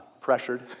pressured